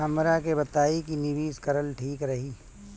हमरा के बताई की निवेश करल ठीक रही?